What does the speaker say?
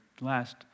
last